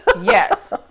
Yes